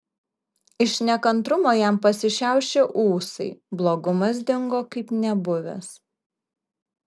iš nekantrumo jam pasišiaušė ūsai blogumas dingo kaip nebuvęs